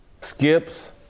skips